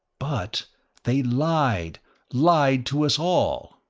but they lied lied to us all.